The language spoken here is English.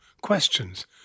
questions